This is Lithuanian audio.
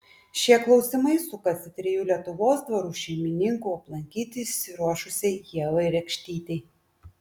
šie klausimai sukasi trijų lietuvos dvarų šeimininkų aplankyti išsiruošusiai ievai rekštytei